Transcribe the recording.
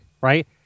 right